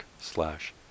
slash